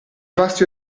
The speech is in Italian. vasti